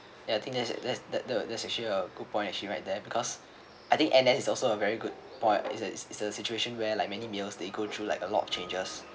ya I think there's there's that the that's actually a good point actually right there because I think N_S is also a very good point is a is a situation where like many males they go through like a lot of changes